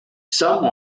some